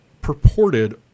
purported